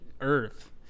earth